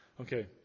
Okay